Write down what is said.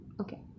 Okay